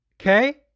Okay